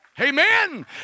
Amen